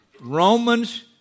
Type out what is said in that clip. Romans